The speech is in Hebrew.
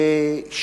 עשר דקות.